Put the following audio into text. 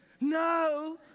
No